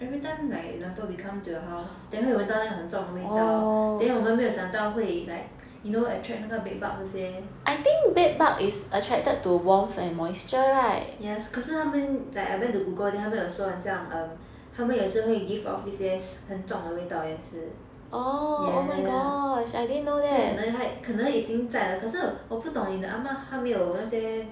everytime like example we come to your house then 会闻到那个很重的味道 then 我们没有想到会 like you know attract 那个 bed bug 这些 ya 可是它们 like I went to google 他们有说很像 um 它们有时会 give off 一些很重的味道也是 ya ya 所以可能要可能已经在了可是我不懂你的 ah ma 她没有那些